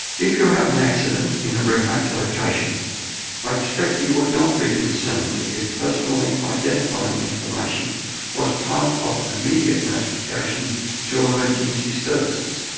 if you have an a accident in a remote location i expect you would not be concerned if personally identifying information was part of immediate notification to emergency services,